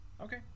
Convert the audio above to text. Okay